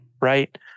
right